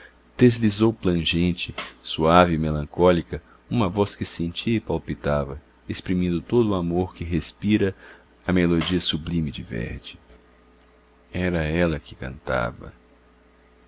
deslizou plangente suave e melancólica uma voz que sentia e palpitava exprimindo todo o amor que respira a melodia sublime de verdi era ela que cantava